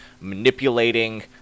manipulating